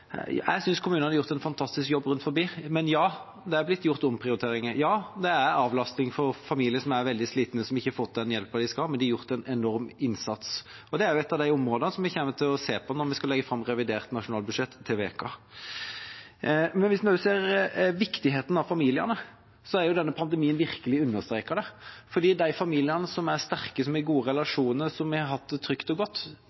ja, det er familier som er veldig slitne som ikke har fått den hjelpen og avlastningen de skal ha, men de har gjort en enorm innsats. Det er et av de områdene vi kommer til å se på når vi skal legge fram revidert nasjonalbudsjett til uka. Hvis vi også ser viktigheten av familiene, har denne pandemien virkelig understreket det. Veldig mange av de familiene som er sterke, har gode